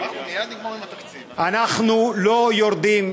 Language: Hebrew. אנחנו לא יורדים,